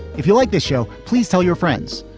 if you like this show, please tell your friends,